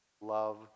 love